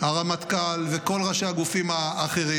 הרמטכ"ל וכל ראשי הגופים האחרים.